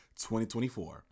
2024